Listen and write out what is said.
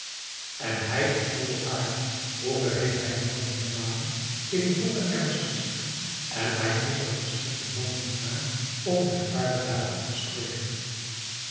en hij is dol van haar vroeger heeft hij me dat meermalen in vollen ernst gezegd en hij is er volstrekt de man niet naar om lichtvaardig daarover te spreken